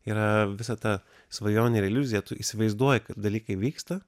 yra visa ta svajonė ir iliuzija tu įsivaizduoji kad dalykai vyksta